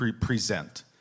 present